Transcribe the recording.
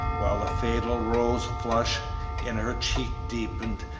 while the fatal rose flush in her cheek deepened,